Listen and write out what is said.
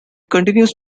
continues